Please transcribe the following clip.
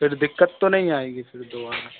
फिर दिक्कत तो नहीं आएगी फिर दोबारा